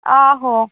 आहो